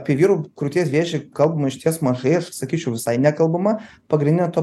apie vyrų krūties vėžį kalbama išties mažai aš sakyčiau visai nekalbama pagrindinė to